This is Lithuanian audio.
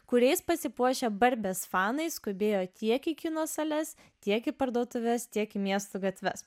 kuriais pasipuošę barbės fanai skubėjo tiek į kino sales tiek į parduotuves tiek į miesto gatves